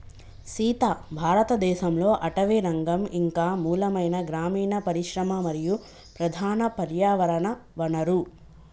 సీత భారతదేసంలో అటవీరంగం ఇంక మూలమైన గ్రామీన పరిశ్రమ మరియు ప్రధాన పర్యావరణ వనరు